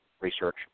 research